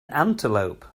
antelope